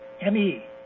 M-E